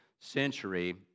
century